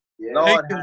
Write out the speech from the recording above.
Lord